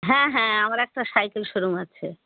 হ্যাঁ হ্যাঁ আমার একটা সাইকেল শোরুম আছে